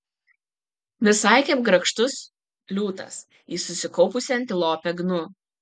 visai kaip grakštus liūtas į sukumpusią antilopę gnu